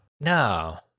No